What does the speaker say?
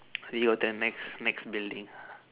we did all of them next next building